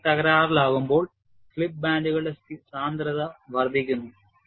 fatigue തകരാറിലാകുമ്പോൾ slip ബാൻഡുകളുടെ സാന്ദ്രത വർദ്ധിക്കുന്നു